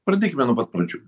pradėkime nuo pat pradžių